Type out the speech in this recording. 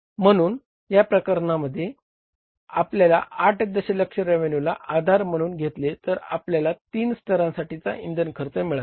म्हणून या प्रकरणामध्ये आपल्याला 8 दशलक्ष रेवेन्यूला आधार म्हणून घेतले तर आपल्याला तीन स्तरांसाठींचा इंधन खर्च मिळाला